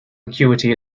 acuity